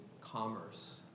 commerce